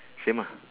same ah